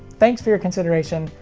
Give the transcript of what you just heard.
thanks for your consideration,